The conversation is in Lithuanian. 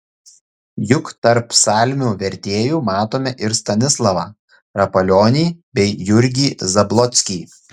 juk tarp psalmių vertėjų matome ir stanislavą rapalionį bei jurgį zablockį